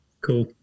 Cool